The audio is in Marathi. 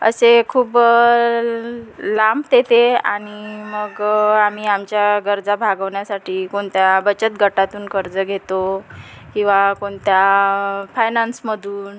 असे खूप लांब ते ते आणि मग आम्ही आमच्या गरजा भागवण्यासाठी कोणत्या बचत गटातून कर्ज घेतो किंवा कोणत्या फायनान्समधून